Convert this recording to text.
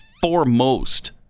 foremost